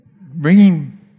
bringing